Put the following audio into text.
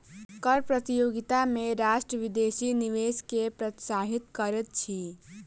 कर प्रतियोगिता में राष्ट्र विदेशी निवेश के प्रोत्साहित करैत अछि